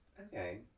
Okay